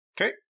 Okay